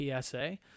psa